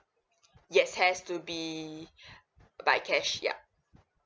yes has to be by cash yup